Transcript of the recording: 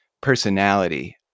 personality